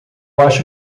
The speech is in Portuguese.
acho